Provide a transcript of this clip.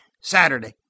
Saturday